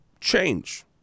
change